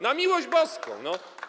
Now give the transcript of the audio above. Na miłość boską no!